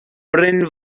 bryn